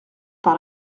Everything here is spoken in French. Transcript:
par